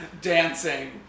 dancing